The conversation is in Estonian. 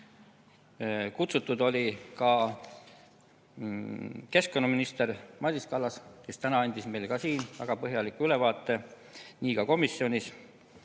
Kutsutud oli keskkonnaminister Madis Kallas, kes täna andis meile ka siin väga põhjaliku ülevaate, nii tegi ta ka komisjonis.